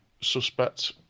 suspect